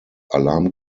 alarm